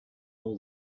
all